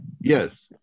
Yes